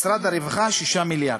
משרד הרווחה, 6 מיליארד.